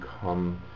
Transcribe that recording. come